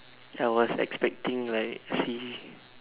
I was expecting like C